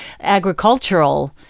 agricultural